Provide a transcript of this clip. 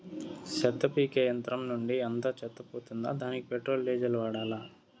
చెత్త పీకే యంత్రం నుండి అంతా చెత్త పోతుందా? దానికీ పెట్రోల్, డీజిల్ వాడాలా?